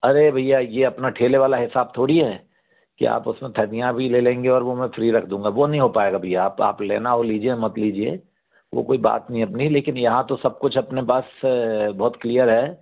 अरे भैया ये अपना ठेले वाला हिसाब थोड़ी है क्या आप उसमें धनिया भी ले लेंगे वो मैं फ्री रख दूँगा वो नहीं हो पाएगा भैया आप आप लेना हो लीजिए मत लीजिए वो कोई बात नहीं है अपनी लेकिन यहाँ तो सब कुछ अपना बस बहुत क्लियर है